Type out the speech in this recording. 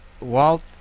Walt